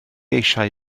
eisiau